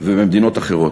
ובמדינות אחרות.